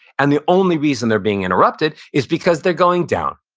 and the only reason they're being interrupted is because they're going down,